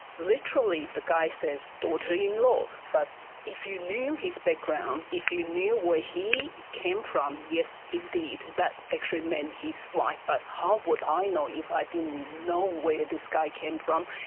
literally the guy says daughter-in-law, but if you knew his background, if you knew where he came from, yes indeed, that actually meant his wife. but how would i know if i didn't know where this guy came from?